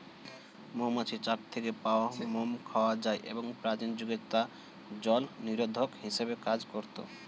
মৌমাছির চাক থেকে পাওয়া মোম খাওয়া যায় এবং প্রাচীন যুগে তা জলনিরোধক হিসেবে কাজ করত